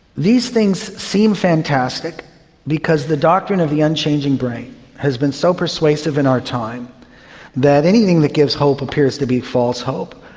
these things seem fantastic because the doctrine of the unchanging brain has been so persuasive in our time that anything that gives hope appears to be false hope.